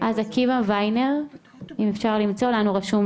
דבר ראשון